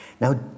Now